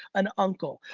an uncle,